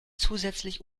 zusätzlich